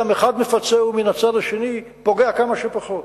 אתה מפצה ומן הצד השני פוגע כמה שפחות.